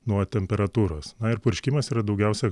nuo temperatūros ir purškimas yra daugiausiai